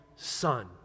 Son